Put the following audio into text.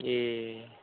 ए